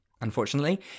Unfortunately